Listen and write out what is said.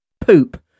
poop